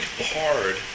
hard